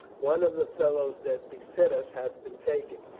one of the fellows that beset us hath been taken.